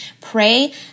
pray